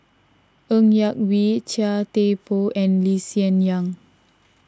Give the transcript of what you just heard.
Ng Yak Whee Chia Thye Poh and Lee Hsien Yang